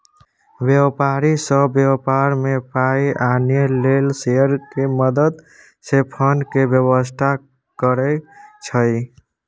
व्यापारी सब व्यापार में पाइ आनय लेल शेयर के मदद से फंड के व्यवस्था करइ छइ